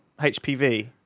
HPV